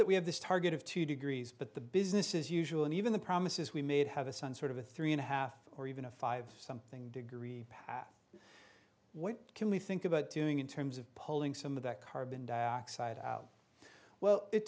that we have this target of two degrees but the business as usual and even the promises we made have a sun sort of a three and a half or even a five something degree what can we think about doing in terms of pulling some of that carbon dioxide out well it